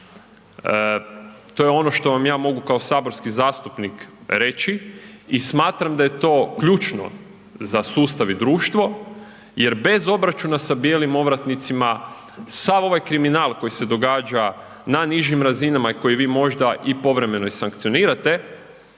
to je ono što vam ja mogu kao saborski zastupnik reći, i smatram da je to ključno za sustav i društvo, jer bez obračuna sa bijelim ovratnicima sav ovaj kriminal koji se događa na nižim razinama, i koji vi možda i povremeno i sankcionirate